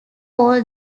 all